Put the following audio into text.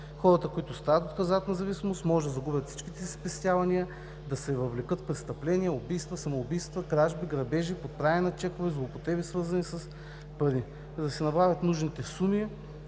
Хората, които страдат от хазартна зависимост, може да загубят всичките си спестявания, да се въвлекат в престъпления – убийства, самоубийства, кражби, грабежи, подправяне на чекове, злоупотреби, свързани с пари, за да си набавят нужните суми